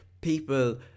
people